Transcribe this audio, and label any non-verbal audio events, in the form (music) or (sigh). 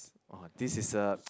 oh this is a (noise)